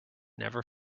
never